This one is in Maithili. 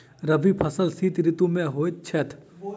रबी फसल शीत ऋतु मे होए छैथ?